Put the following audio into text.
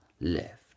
left